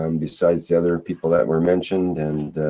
um besides the other people that were mentioned. and.